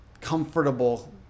comfortable